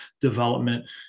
development